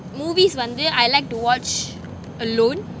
movies வந்து:vanthu I like to watch alone